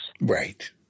right